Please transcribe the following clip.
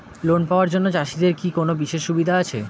Loan পাওয়ার জন্য চাষিদের কি কোনো বিশেষ সুবিধা আছে?